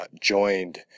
joined